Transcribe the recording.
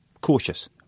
cautious